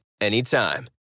Anytime